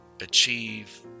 achieve